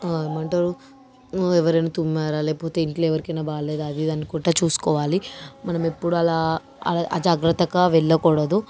ఏమంటారు ఎవరైనా తుమ్మారా లేకపోతే ఇంట్లో ఎవరికైనా బాగాలేదా అది ఇది అనుకుంటే చూసుకోవాలి మనం ఎప్పుడు అలా అజాగ్రత్తగా వెళ్ళకూడదు